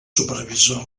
supervisa